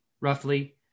roughly